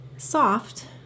soft